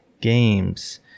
games